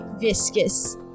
viscous